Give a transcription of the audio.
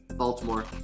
Baltimore